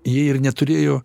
jie ir neturėjo